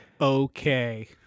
okay